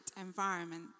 environment